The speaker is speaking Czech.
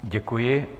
Děkuji.